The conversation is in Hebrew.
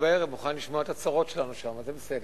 נעבור להצעת החוק האחרונה שעל סדר-היום,